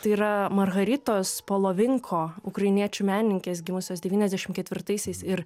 tai yra marharitos polovinko ukrainiečių menininkės gimusios devyniasdešimt ketvirtaisiais ir